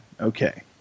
Okay